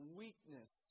weakness